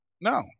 No